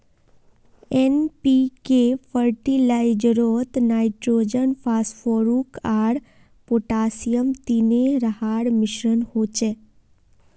NPK फ़र्टिलाइज़रोत nitrogen, phosphorus आर potassium तीनो रहार मिश्रण होचे